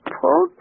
pull